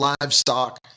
livestock